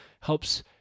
helps